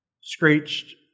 screeched